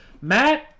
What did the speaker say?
Matt